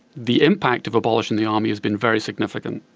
the impact of abolishing the army has been very significant.